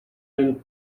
man